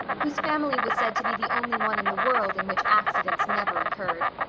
whose family was said to be the only one in the world in which accidents never occurred.